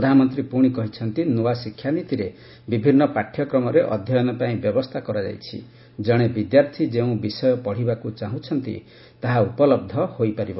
ପ୍ରଧାନମନ୍ତ୍ରୀ ପୁଣି କହିଛନ୍ତି ନୂଆ ଶିକ୍ଷା ନୀତିରେ ବିଭିନ୍ନ ପାଠ୍ୟକ୍ରମରେ ଅଧ୍ୟୟନ ପାଇଁ ବ୍ୟବସ୍ଥା କରାଯାଇଛି ଜଣେ ବିଦ୍ୟାର୍ଥୀ ଯେଉଁ ବିଷୟ ପଢ଼ିବାକୁ ଚାହୁଁଛନ୍ତି ତାହା ଉପଲହ୍ଧ ହୋଇପାରିବ